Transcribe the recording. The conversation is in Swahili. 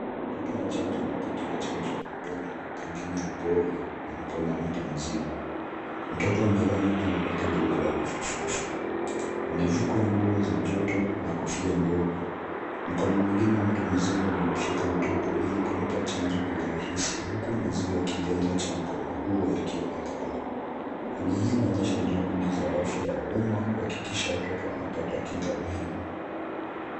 Mtoto mchanga anapokea chanjo katika kituo cha afya, akiwa amesimama kwa msaada wa mtu mzima. Mtoto yuko amesogelea na mdundo wa joto na kofi ya kitambaa kumlinda. Mtu mzima husaidia kumpa chanjo kwa urahisi, huku mkono wake ukishikilia vizuri. Hali hii ni muhimu kuhakikisha mtoto anapata kinga muhimu ya afya.